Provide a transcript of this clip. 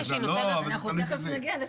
לא, אבל זה תלוי בזה.